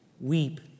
Weep